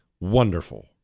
wonderful